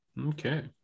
Okay